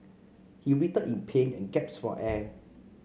he writhed in pain and gasped for air